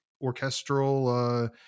orchestral